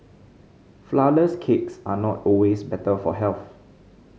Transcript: flourless cakes are not always better for health